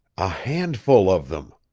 a handful of them,